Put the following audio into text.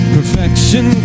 Perfection